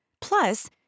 Plus